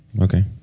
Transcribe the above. Okay